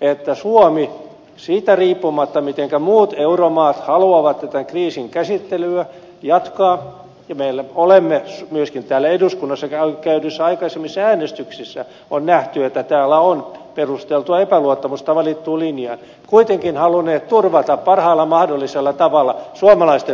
että suomi siitä riippumatta mitenkä muut euromaat haluavat tätä kriisinkäsittelyä jatkaa ja me olemme myöskin täällä eduskunnassa käydyissä aikaisemmissa äänestyksissä on nähty että täällä on perusteltua epäluottamusta valittuun linjaan kuitenkin halunneet turvata parhaalla mahdollisella tavalla suomalaisten veronmaksajien edut